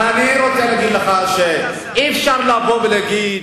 אבל אני רוצה להגיד לך שאי-אפשר לבוא ולהגיד